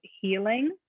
Healing